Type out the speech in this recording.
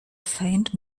faint